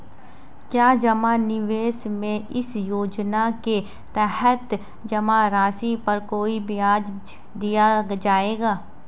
क्या जमा निवेश में इस योजना के तहत जमा राशि पर कोई ब्याज दिया जाएगा?